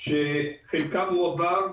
שחלקם הועבר,